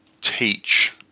teach